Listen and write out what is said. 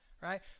right